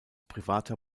privater